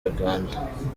uganda